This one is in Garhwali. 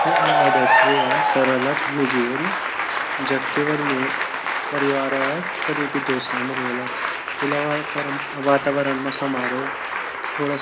जू आदर्श विवहा सरल अर निजी वोलु जख केवल मेरा करीबी अर परिवार वाला शामिल वोला खुला वातवरंड मा सम्हारो थोड़ा